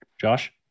Josh